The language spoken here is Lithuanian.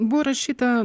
buvo rašyta